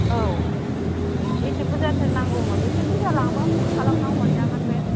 औ बेसे बुरजाथो नांगौमोन एसे बुरजा लांबा खम खालामना हरजागोन बे